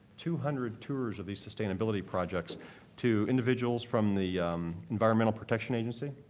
two hundred tours of these sustainability projects to individuals from the environmental protection agency,